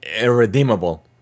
irredeemable